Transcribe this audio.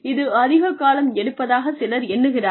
இது அதிக காலம் எடுப்பதாக சிலர் எண்ணுகிறார்கள்